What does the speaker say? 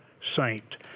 saint